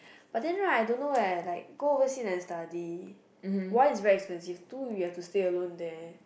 but then right I don't know leh like go overseas and study one is expensive two is you have to stay alone there